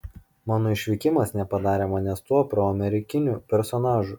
mano išvykimas nepadarė manęs tuo proamerikiniu personažu